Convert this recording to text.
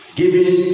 giving